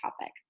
topic